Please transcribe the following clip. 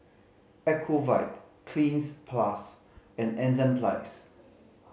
Ocuvite Cleanz Plus and Enzyplex